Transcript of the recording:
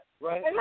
Right